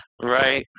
Right